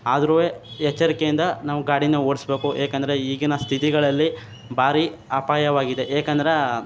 ಆದ್ರೂ ಎಚ್ಚರಿಕೆಯಿಂದ ನಾವು ಗಾಡಿನ ಓಡಿಸ್ಬೇಕು ಏಕೆಂದರೆ ಈಗಿನ ಸ್ಥಿತಿಗಳಲ್ಲಿ ಭಾರೀ ಅಪಾಯವಾಗಿದೆ ಏಕೆಂದ್ರೆ